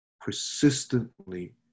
persistently